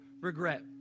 regret